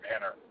manner